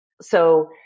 So-